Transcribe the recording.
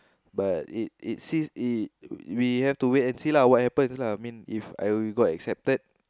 but it it says it we have to wait and see lah what happens lah mean if we got accepted